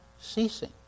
ceasing